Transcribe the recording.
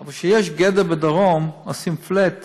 אבל כשיש גדר בדרום ועושים flat,